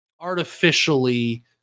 Artificially